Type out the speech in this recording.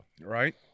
Right